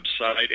website